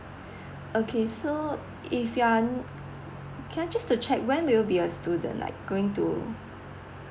okay so if you are can I just to check when you will be a student like going to